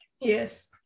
Yes